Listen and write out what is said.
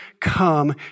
come